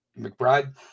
McBride